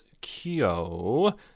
Kyo